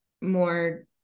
more